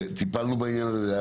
טיפלנו בעניין הזה.